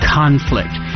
conflict